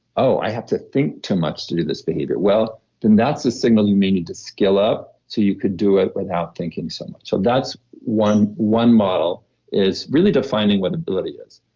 oh, i have to think too much to do this behavior. well, then that's a signal you may need to skill up so you could do it without thinking so much. so that's one one model is really defining what the ability is.